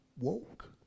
woke